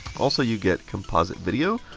also you get composite video,